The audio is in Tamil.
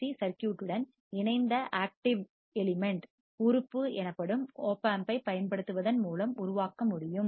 சி சர்க்யூட் உடன் இணைந்த ஆக்டிவ் எலிமெண்ட் உறுப்பு எனப்படும் ஓப்பாம்பைப் பயன்படுத்துவதன் மூலம் உருவாக்க முடியும்